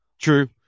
True